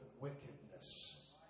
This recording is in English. wickedness